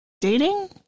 dating